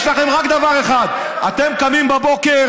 יש לכם רק דבר אחד: אתם קמים בבוקר,